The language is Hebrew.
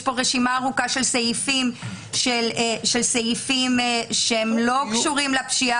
יש פה רשימה ארוכה של סעיפים שהם לא קשורים לפשיעה